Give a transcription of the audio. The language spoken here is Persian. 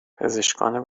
پزشکان